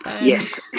Yes